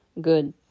Good